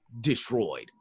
destroyed